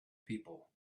people